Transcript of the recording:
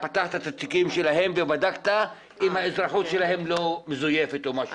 פתחת את התיקים שלהם ובדקת אם האזרחות שלהם לא מזויפת או משהו כזה?